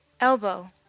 elbow